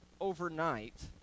overnight